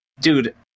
dude